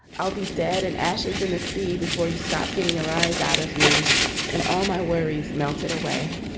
i'll be dead and ashes in the sea before you stop getting a rise out of me and all my worries melted away